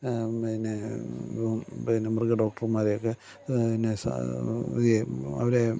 പിന്നെ പിന്നെ മൃഗ ഡോക്ടർമാരെയൊക്കെ പിന്നെ ഈ അവരെ